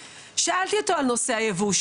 שאלתי אותו על נושא הייבוא,